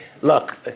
look